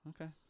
Okay